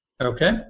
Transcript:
Okay